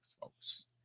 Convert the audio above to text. folks